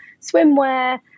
swimwear